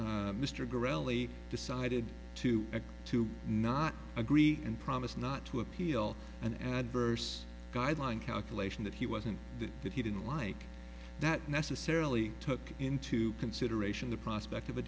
only decided to agree to not agree and promised not to appeal an adverse guideline calculation that he wasn't that he didn't like that necessarily took into consideration the prospect of a